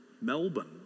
Melbourne